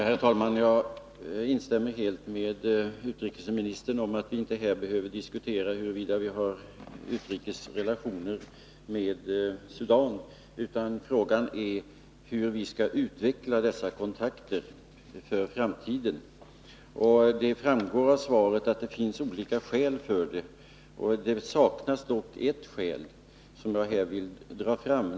Herr talman! Jag instämmer helt med utrikesministern i att vi inte här behöver diskutera huruvida vi har utrikes relationer med Sudan. Frågan är i stället hur vi skall utveckla dessa kontakter för framtiden. Av interpellationssvaret framgår att det finns olika skäl för att utveckla kontakterna. Det saknas dock ett skäl, som jag här vill dra fram.